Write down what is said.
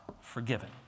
forgiven